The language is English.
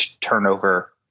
turnover –